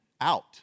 out